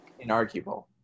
inarguable